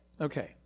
Okay